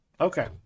okay